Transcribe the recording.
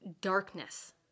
darkness